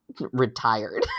retired